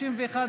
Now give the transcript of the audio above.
העונשין (תיקון,